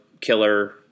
killer